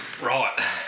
Right